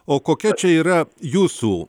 o kokia čia yra jūsų